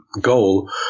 goal